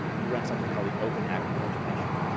you run something called the open agriculture initiative.